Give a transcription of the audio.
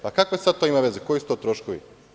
Pa, kakve sada to ima veze, koji su to troškovi?